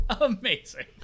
Amazing